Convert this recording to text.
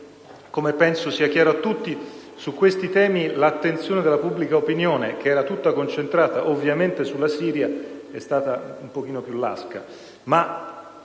come penso sia chiaro a tutti, su questi temi l'attenzione della pubblica opinione, che era ovviamente tutta concentrata sulla Siria, è stata un po' più lasca.